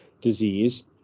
disease